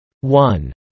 One